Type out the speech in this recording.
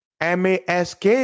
MASK